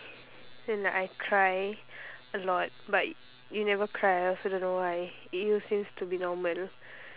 then like I cry a lot but you never cry I don't know why to you seems to be normal